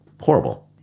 Horrible